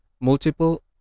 multiple